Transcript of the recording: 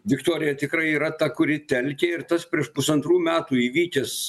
viktorija tikrai yra ta kuri telkia ir tas prieš pusantrų metų įvykęs